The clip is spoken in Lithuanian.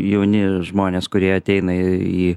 jauni žmonės kurie ateina į